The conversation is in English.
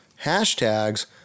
hashtags